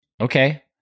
Okay